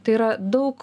tai yra daug